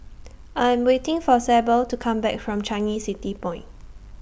I Am waiting For Sable to Come Back from Changi City Point